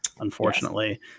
unfortunately